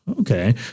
Okay